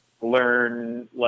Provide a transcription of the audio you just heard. learn